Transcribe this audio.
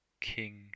King